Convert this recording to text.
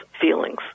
feelings